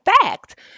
fact